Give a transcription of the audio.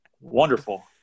wonderful